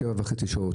שבע וחצי שעות,